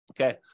Okay